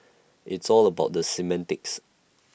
it's all about the semantics